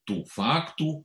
tų faktų